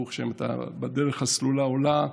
ברוך השם, אתה בדרך הסלולה העולה.